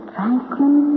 Franklin